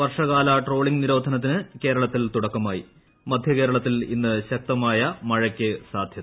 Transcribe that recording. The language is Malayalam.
വർഷകാല ട്രോളിംഗ് നിരോധനത്തിന് കേരളത്തിൽ തൂടക്കം മധ്യ കേരളത്തിൽ ഇന്ന് ശക്തമായ മഴയ്ക്ക് സാധ്യത